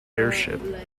airship